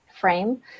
frame